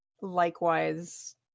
likewise